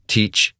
Teach